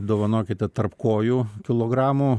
dovanokite tarp kojų kilogramų